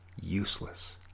Useless